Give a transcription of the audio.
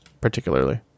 particularly